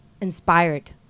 inspired